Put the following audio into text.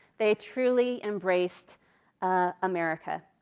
they truly embraced ah america.